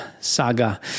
saga